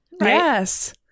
Yes